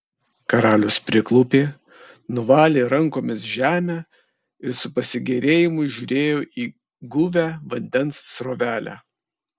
karalius priklaupė nuvalė rankomis žemę ir su pasigėrėjimu žiūrėjo į guvią vandens srovelę